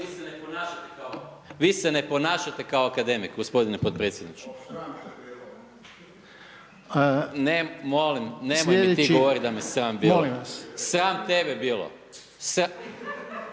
vi se ne ponašate kao akademik gospodine potpredsjedniče. …/Upadica se ne čuje./… Ne, molim, nemoj mi to govoriti da me sram bilo. Sram tebe bilo.